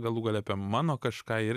galų gale apie mano kažką ir